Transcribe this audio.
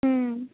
ம்